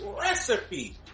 Recipe